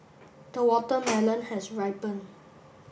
the watermelon has ripened